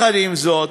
עם זאת,